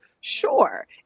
sure